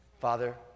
Father